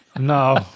No